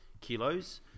kilos